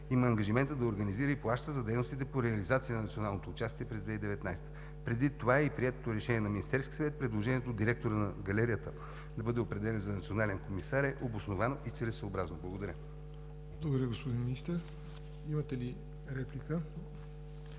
има ангажимента да организира и плаща за дейностите по реализация на националното участие през 2019 г. Предвид това и приетото Решение на Министерския съвет предложението директорът на Галерията да бъде определен за национален комисар е обосновано и целесъобразно. Благодаря. ПРЕДСЕДАТЕЛ ЯВОР НОТЕВ: Благодаря, господин Министър. Имате ли реплика?